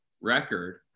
record